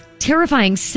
Terrifying